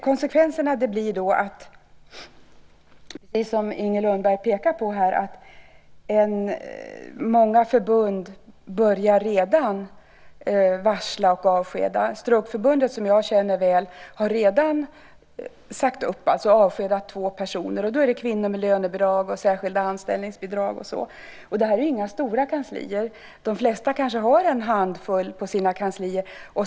Konsekvenserna blir, precis som Inger Lundberg pekar på här, att många förbund redan börjar varsla och avskeda. Strokeförbundet, som jag känner väl, har redan avskedat två personer. Det är kvinnor med lönebidrag, särskilda anställningsbidrag och så vidare. Detta är inga stora kanslier; de flesta har kanske en handfull medarbetare på sina kanslier.